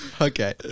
Okay